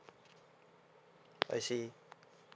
I see